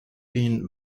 been